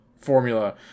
formula